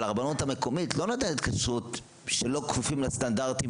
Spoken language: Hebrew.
אבל הרבנות המקומית לא נותנת כשרות שלא כפופים לסטנדרטים